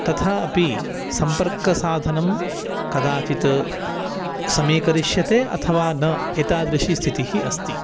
तथा अपि सम्पर्कसाधनं कदाचित् समीकरिष्यते अथवा न एतादृशी स्थितिः अस्ति